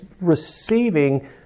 receiving